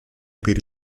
per